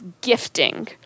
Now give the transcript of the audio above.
gifting